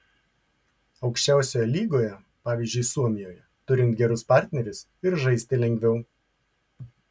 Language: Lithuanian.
aukščiausioje lygoje pavyzdžiui suomijoje turint gerus partnerius ir žaisti lengviau